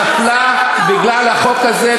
מפלגה אחת בלבד נפלה בגלל החוק הזה,